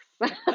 thanks